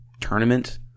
tournament